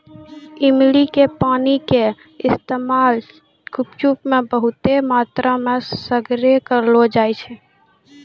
इमली के पानी के इस्तेमाल गुपचुप मे बहुते मात्रामे सगरे करलो जाय छै